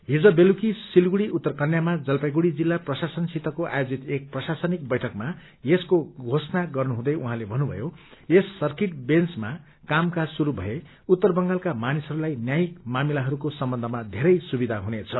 हिज बेलुकी सिलीगुक्री उत्तर कन्यामा जलपाइगुड़ी जिल्ला प्रशासनका साथ आयोजित एक प्रशासनिक बैठकमा यसको घोषणा गर्नु हुँदै उहाँले भन्नुभयो यस सर्किट बेन्चमा कामकाज श्रुरू थए उत्तर बंगालका मानिसहरूलाई न्यायिक मामिलाहरूको सम्बन्धमा धेरै सुविधा हुनेछ